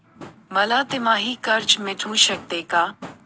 मला तिमाही कर्ज मिळू शकते का?